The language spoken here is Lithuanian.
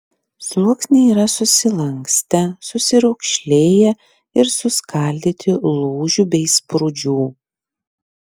sluoksniai yra susilankstę susiraukšlėję ir suskaldyti lūžių bei sprūdžių